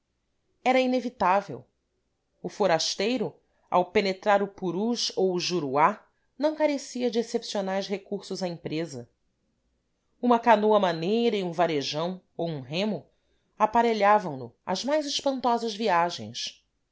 era inevitável o forasteiro ao penetrar o purus ou o juruá não carecia de excepcionais recursos à empresa uma canoa maneira e um varejão ou um remo aparelhavam no às mais espantosas viagens